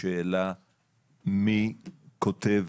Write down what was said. אדוני,